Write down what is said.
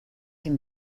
dem